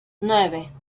nueve